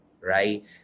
right